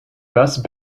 best